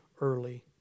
early